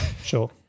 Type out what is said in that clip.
Sure